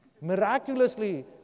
Miraculously